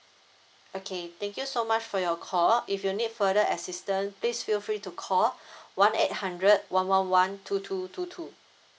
okay thank you so much for your call if you need further assistance please feel free to call one eight hundred one one one two two two two